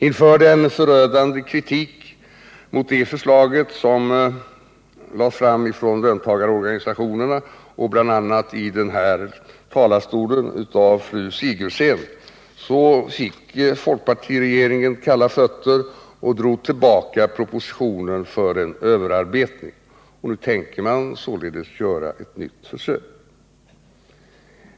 Inför den förödande kritik mot det förslaget som lades fram av löntagarorganisationerna och bl.a. i den här talarstolen, av fru Sigurdsen, fick folkpartiregeringen kalla fötter och drog tillbaka propositionen för en överarbetning. Nu tänker man göra ett nytt försök.